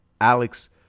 Alex